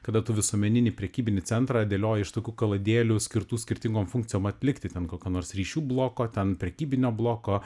kada tu visuomeninį prekybinį centrą dėlioji iš tokių kaladėlių skirtų skirtingom funkcijom atlikti ten kokių nors ryšių bloko ten prekybinio bloko